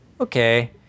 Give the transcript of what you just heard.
Okay